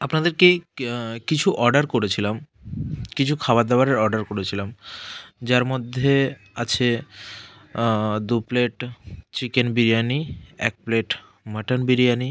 আপনাদেরকেই কিছু অর্ডার করেছিলাম কিছু খাবার দাবারের অর্ডার করেছিলাম যার মধ্যে আছে দু প্লেট চিকেন বিরিয়ানি এক প্লেট মাটন বিরিয়ানি